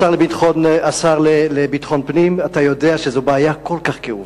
השר לביטחון פנים, אתה יודע שזו בעיה כל כך כאובה.